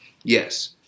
Yes